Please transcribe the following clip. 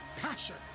passion